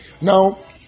Now